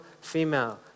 female